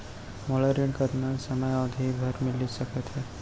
मोला ऋण कतना समयावधि भर मिलिस सकत हे?